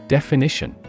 Definition